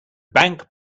bank